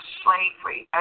slavery